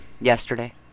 Yesterday